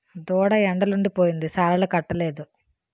దూడ ఎండలుండి పోయింది సాలాలకట్టలేదు